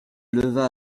leva